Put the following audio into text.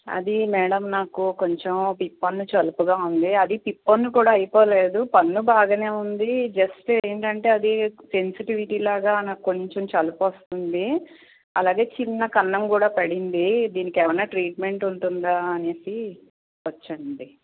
అది మేడం నాకు కొంచెం పిప్పి పన్ను సలుపుగా ఉంది అది పిపన్ను కూడా అయిపోలేదు పన్ను బాగానే ఉంది జస్ట్ ఏంటంటే అది సెన్సిటివిటీ లాగా నాకు కొంచెం సలుపొస్తుంది అలాగే చిన్న కన్నం కూడా పడింది దీనికి ఏమైనా ట్రీట్మెంట్ ఉంటుందా అని వచ్చానండి